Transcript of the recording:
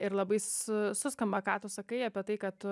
ir labai su suskamba ką tu sakai apie tai kad